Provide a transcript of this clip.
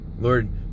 Lord